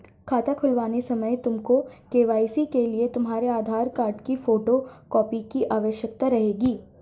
खाता खुलवाते समय तुमको के.वाई.सी के लिए तुम्हारे आधार कार्ड की फोटो कॉपी की आवश्यकता रहेगी